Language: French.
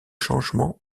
changements